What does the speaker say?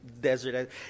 desert